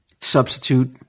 substitute